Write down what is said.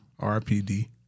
RPD